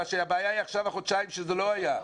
הבעיה היא החודשיים שזה לא היה.